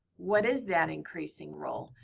what is that increasing role?